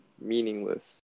meaningless